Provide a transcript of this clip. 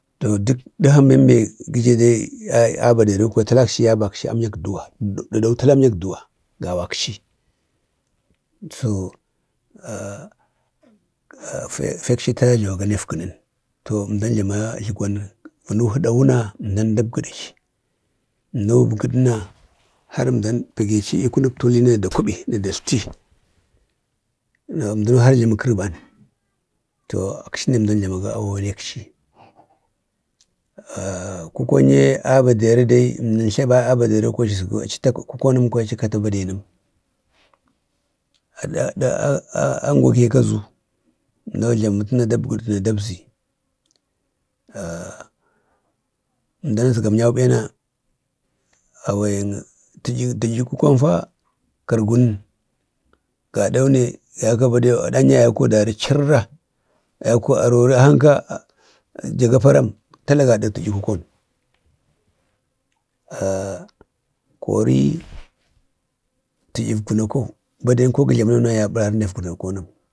Dək ɗəhan bembe gəju dai a Baderi talakchi ya bakchi am'yak duwa. Dəɗow tala am ‘ysk duwa. Akchi fekchi tala jlawa go ɗek vənən. əmdan jlamago altigwanda. vənən həɗawu na əmdan dagbəɗəkchi. əmdan əgbəɗəna. əmkchineau pagakchi kunək tulina da kuɓina datlti na har ajləmi kərban. To akchine əmdau jlamago awen ɗekchi. kukonnye a Baɗeri dai əmdən tla a Baɗeri achi əzgo achi ta kukonəm kwaya achi Baɗenəm. angwakeka azu. əmdau jlaməkchina dagbədi na dabzi. əmdan əzgam yau ɓene awen, tlə'yi awen kukonfa kargu nən. Gaɗaune yaiko Baden aɗan aye yaiko dari chirra, yaiko avoiri ahanka jaga param tala gaɗak tə'yə kukon. kori təyə vənakow, Baden a ɗan yaye ya bərari dak vanakonam.